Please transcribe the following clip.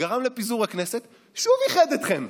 גרם לפיזור הכנסת ושוב איחד אתכם.